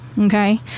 okay